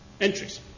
entries